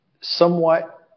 somewhat